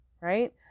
right